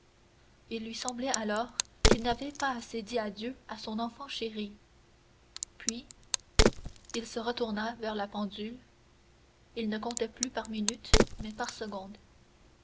il lui semblait alors qu'il n'avait pas assez dit adieu à son enfant chérie puis il se retourna vers la pendule il ne comptait plus par minute mais par seconde